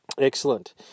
Excellent